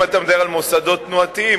אם אתה מדבר על מוסדות תנועתיים,